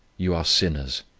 you are sinners.